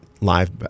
live